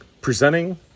presenting